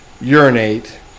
urinate